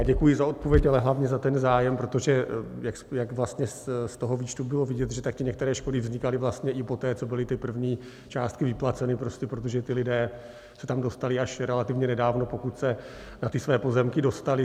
Děkuji za odpověď, ale hlavně za ten zájem, protože jak vlastně z toho výčtu bylo vidět, že také některé škody vznikaly vlastně i poté, co byly ty první částky vyplaceny, protože prostě ti lidé se tam dostali až relativně nedávno, pokud se na ty své pozemky dostali.